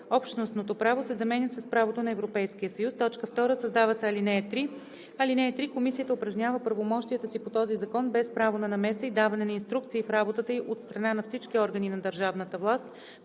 „Общностното право“ се заменят с „правото на Европейския съюз“. 2. Създава се ал. 3: „(3) Комисията упражнява правомощията си по този закон без право на намеса и даване на инструкции в работата ѝ от страна на всички органи на държавната власт,